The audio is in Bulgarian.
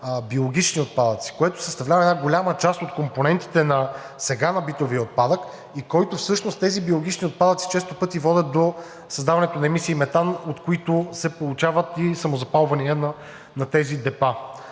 биологични отпадъци, което съставлява една голяма част от компонентите сега на битовия отпадък. Тези биологични отпадъци често пъти водят до създаването на емисии метан, от които се получават и самозапалвания на тези депа.